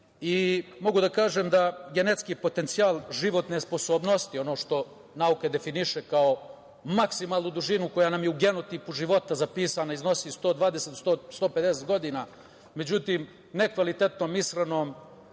Mogu da kažem da genetski potencijal životne sposobnosti, ono što nauka definiše kao maksimalnu dužinu koja nam je u genotipu života zapisana, iznosi 120, 150 godina. Međutim, nekvalitetnom ishranom,